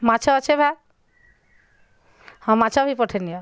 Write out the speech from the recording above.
ମାଛ ଅଛେ ଭେଲ୍ ହଁ ମାଛ ବି ପଠେଇ ନିଅ